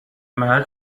محل